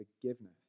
forgiveness